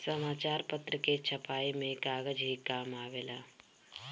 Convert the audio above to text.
समाचार पत्र के छपाई में कागज ही काम आवेला